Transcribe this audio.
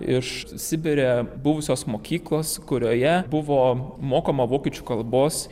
iš sibire buvusios mokyklos kurioje buvo mokoma vokiečių kalbos